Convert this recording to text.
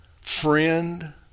friend